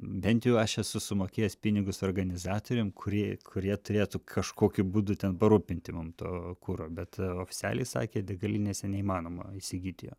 bent jau aš esu sumokėjęs pinigus organizatoriam kurie kurie turėtų kažkokiu būdu ten parūpinti mums to kuro bet oficialiai sakė degalinėse neįmanoma įsigyt jo